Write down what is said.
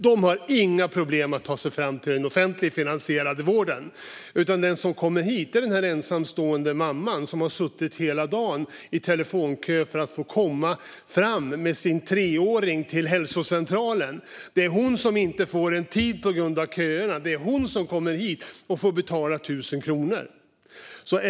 De har inga problem att ta sig fram till den offentligt finansierade vården. Den som kommer hit är den ensamstående mamman som har suttit hela dagen i telefonkö för att få komma fram med sin treåring till hälsocentralen. Det är hon som inte får en tid på grund av köerna. Det är hon som kommer hit och får betala 1 000 kronor. Herr talman!